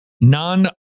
non